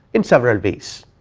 in several ways